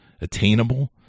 attainable